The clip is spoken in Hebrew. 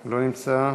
לא נמצא,